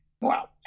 Wow